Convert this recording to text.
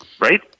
right